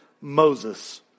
Moses